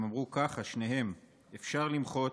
הם אמרו ככה שניהם: אפשר למחות,